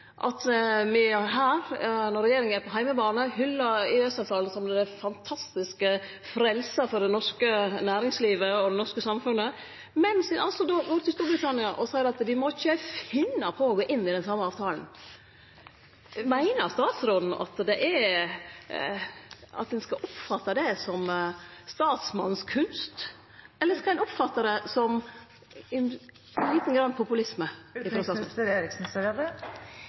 at ein her, når regjeringa er på heimebane, hyllar EØS-avtalen som den fantastiske frelsa for det norske næringslivet og det norske samfunnet, mens ein går til Storbritannia og seier at dei ikkje må finne på å gå inn i den same avtalen. Meiner utanriksministeren at ein skal oppfatte det som statsmannskunst, eller skal ein oppfatte det som lite grann populisme?